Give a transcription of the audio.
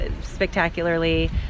spectacularly